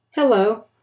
Hello